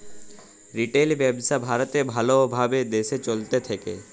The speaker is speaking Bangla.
রিটেল ব্যবসা ভারতে ভাল ভাবে দেশে চলতে থাক্যে